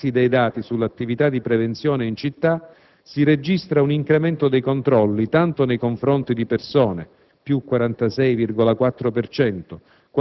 A tal proposito, si soggiunge che, dall'analisi dei dati sull'attività di prevenzione in città, si registra un incremento dei controlli tanto nei confronti di persone